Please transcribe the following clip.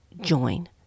join